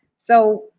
so,